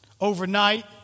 Overnight